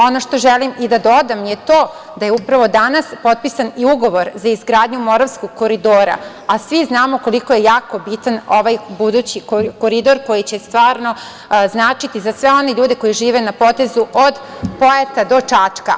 Ono što želim i da dodam je to da je upravo danas potpisan i ugovor za izgradnju Moravskog koridora, a svi znamo koliko je jako bitan ovaj budući koridor koji će stvarno značiti za sve one ljude koji žive na potezu od Pojata do Čačka.